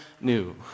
new